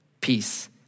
Peace